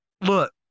look